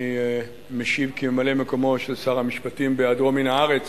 אני משיב כממלא-מקומו של שר המשפטים בהיעדרו מן הארץ.